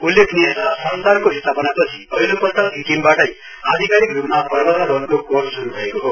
उल्लेखनीयछ संस्थानको स्थापनालाई पहिलोपल्ट सिक्किमबाटै आधिकारिक रूपमा पर्वतरोहणको कोर्स श्रू भएको हो